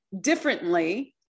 differently